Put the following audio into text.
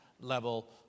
level